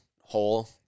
hole